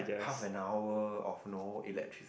half an hour of no electricity